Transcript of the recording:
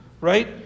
right